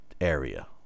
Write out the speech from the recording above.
area